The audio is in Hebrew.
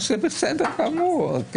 אז זה בסדר גמור.